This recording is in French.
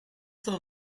cent